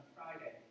Friday